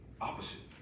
opposite